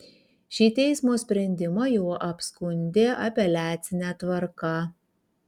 šį teismo sprendimą jau apskundė apeliacine tvarka